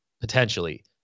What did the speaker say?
potentially